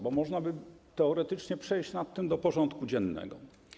Bo można by teoretycznie przejść nad tym do porządku dziennego.